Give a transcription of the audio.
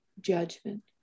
judgment